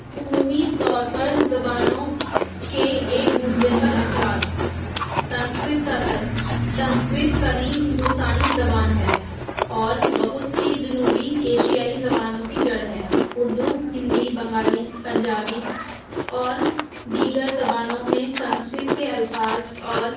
عمومی طور پر زبانوں کے ایک دوسرے پر اثرات سنسکرت کا اثر سنسکرت قدیم ہندوستانی زبان ہے اور بہت سی جنوبی ایشیائی زبانوں کی جڑ ہے اردو ہندی بنگالی پنجابی اور دیگر زبانوں میں سنسکرت کے الفاظ اور